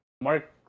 Mark